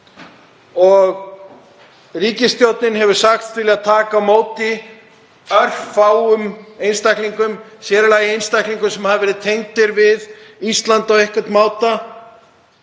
og ríkisstjórnin hefur sagst vilja taka á móti örfáum einstaklingum, sér í lagi einstaklingum sem hafa verið tengdir við Ísland á einhvern máta.